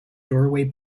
doorway